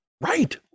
right